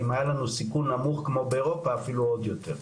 אם היה לנו סיכון נמוך כמו באירופה אפילו עוד יותר.